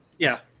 yeah.